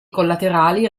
collaterali